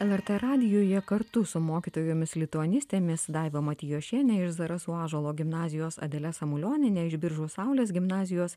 lrt radijuje kartu su mokytojomis lituanistėmis daiva matijošienė ir zarasų ąžuolo gimnazijos adele samulionienė iš biržų saulės gimnazijos